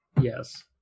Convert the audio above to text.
Yes